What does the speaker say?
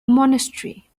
monastery